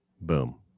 Boom